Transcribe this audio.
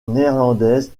néerlandaise